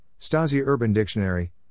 Stasi-Urban-Dictionary